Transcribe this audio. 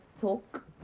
talk